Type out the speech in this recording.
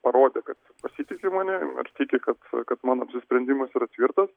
parodė kad pasitiki manim ir tiki kad mano apsisprendimas tvirtas